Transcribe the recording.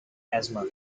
asthma